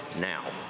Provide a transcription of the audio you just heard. now